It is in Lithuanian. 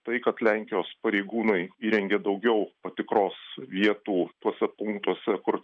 tai kad lenkijos pareigūnai įrengė daugiau patikros vietų tuose punktuose kur